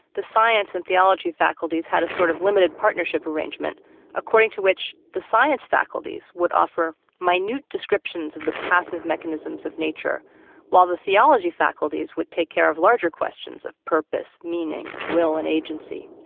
the science and theology faculties had a sort of limited partnership arrangement according to which the science faculties would offer minute descriptions of the passive mechanisms of nature while the theology faculties would take care of larger questions of purpose, meaning, will and agency.